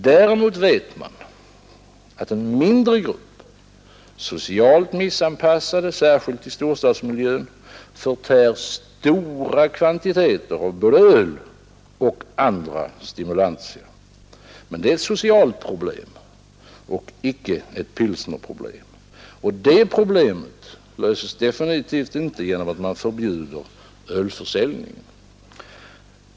Däremot vet man, att en mindre grupp socialt missanpassade, särskilt i storstadsmiljö, förtär stora kvantiteter av både öl och andra stimulantia. Men det är ett socialt problem, inte ett pilsnerproblem. Och det problemet löses definitivt inte genom att man förbjuder ölförsäljningen.